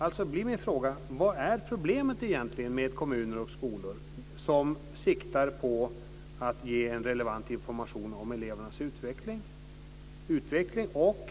Alltså blir min fråga: Vad är problemet egentligen med kommuner och skolor som siktar på att ge en relevant information om elevernas utveckling och